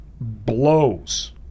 blows